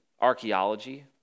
archaeology